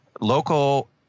local